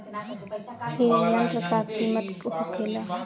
ए यंत्र का कीमत का होखेला?